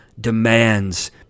demands